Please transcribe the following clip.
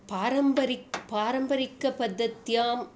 पारम्परिक पारम्परिकपद्धत्यां